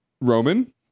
Roman